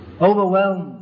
Overwhelmed